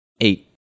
Eight